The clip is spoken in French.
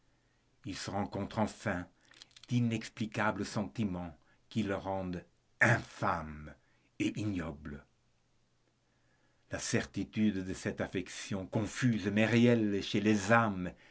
il se rencontre enfin d'inexplicables sentiments qui le rendent infâme et ignoble la certitude de cette affection confuse mais réelle chez les âmes